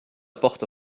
porte